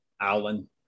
Alan